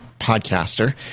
podcaster